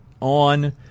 on